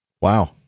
Wow